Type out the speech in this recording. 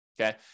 okay